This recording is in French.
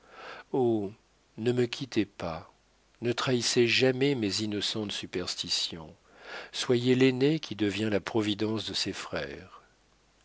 ne me quittez pas ne trahissez jamais mes innocentes superstitions soyez l'aîné qui devient la providence de ses frères